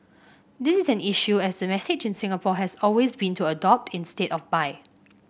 this is an issue as the message in Singapore has always been to adopt instead of buy